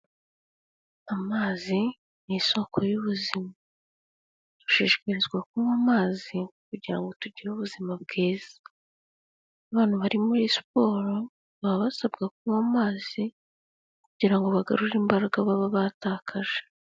Amazi ni isoko y'ubuzima dushishikarizwa kunywa amazi kugirango tugire ubuzima bwiza, abantu bari muri siporo baba basabwa kunywa amazi kugirango bagarure imbaraga baba batakaje.